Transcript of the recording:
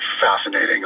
fascinating